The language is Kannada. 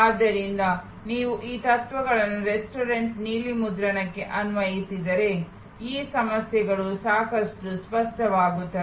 ಆದ್ದರಿಂದ ನೀವು ಈ ತತ್ವಗಳನ್ನು ರೆಸ್ಟೋರೆಂಟ್ ನೀಲಿ ನಕ್ಷೆಯಿಂದಕ್ಕೆ ಅನ್ವಯಿಸಿದರೆ ಈ ಸಮಸ್ಯೆಗಳು ಸಾಕಷ್ಟು ಸ್ಪಷ್ಟವಾಗುತ್ತವೆ